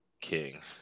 king